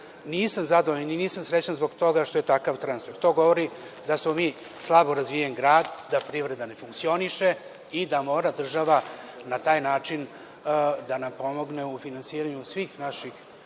iznos. Nisam zadovoljan i nisam srećan zbog toga što je takav transfer. To govori da smo mi slabo razvijen grad, da privreda ne funkcioniše i da mora država na taj način da nam pomogne u finansiranju svih naših